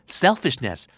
selfishness